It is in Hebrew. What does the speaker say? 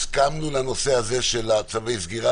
הסכמנו לנושא הזה של צווי הסגירה,